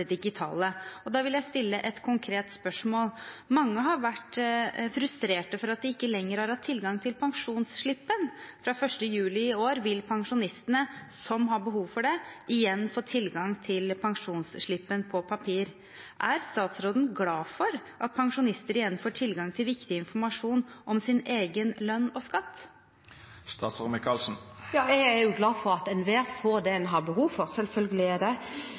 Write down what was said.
digitale. Jeg vil stille et konkret spørsmål, for mange har vært frustrert over at de ikke lenger har tilgang til pensjonsslippen. Den 1. juli i år vil pensjonister som har behov for det, igjen få tilgang til pensjonsslippen på papir. Er statsråden glad for at pensjonister igjen får tilgang til viktig informasjon om egen lønn og skatt? Jeg er jo glad for at enhver får det man har behov for. Selvfølgelig er jeg det.